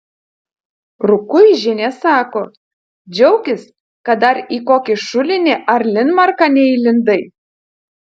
rukuižienė sako džiaukis kad dar į kokį šulinį ar linmarką neįlindai